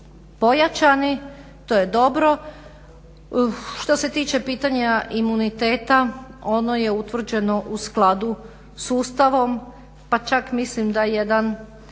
pojačani, to je dobro. Što se tiče pitanja imuniteta ono je utvrđeno u skladu s Ustavom, pa čak mislim da jedan